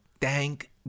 thank